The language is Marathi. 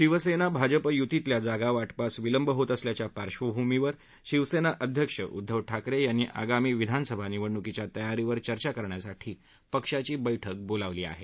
शिवसेना भाजप युतीतल्या जागा वाटपास विलंब होत असल्याच्या पार्श्वभूमीवर शिवसेना अध्यक्ष उद्दव ठाकरे यांनी आगामी विधानसभा निवडणुकीच्या तयारीवर चर्चा करण्यासाठी पक्षाची बैठक बोलावली आहे